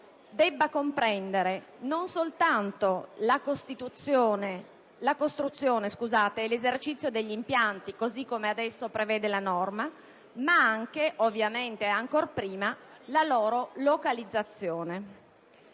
debba comprendere non soltanto la costruzione e l'esercizio degli impianti, così come adesso prevede la norma, ma anche, ovviamente ancor prima, la loro localizzazione.